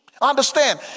understand